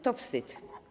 To wstyd.